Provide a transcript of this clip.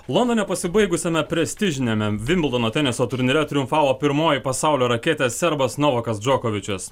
londone pasibaigusiame prestižiniame vimblono teniso turnyre triumfavo pirmoji pasaulio raketė serbas novakas džokovičius